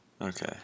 Okay